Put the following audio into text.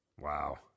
Wow